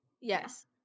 Yes